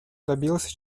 добилась